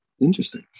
interesting